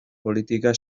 politika